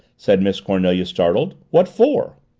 said miss cornelia, startled. what for?